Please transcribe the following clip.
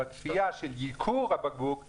אבל צפייה של ייקור הבקבוק,